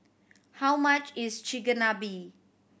how much is Chigenabe